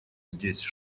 здесь